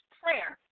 prayer